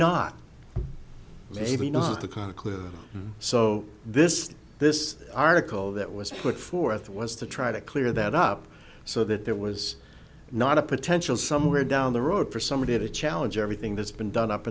not maybe not the kind of clear so this this article that was put forth was to try to clear that up so that there was not a potential somewhere down the road for somebody to challenge everything that's been done up